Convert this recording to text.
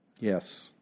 Yes